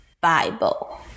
Bible